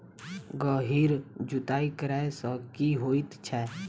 गहिर जुताई करैय सँ की होइ छै?